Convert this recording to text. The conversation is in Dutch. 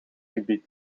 gebied